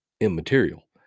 immaterial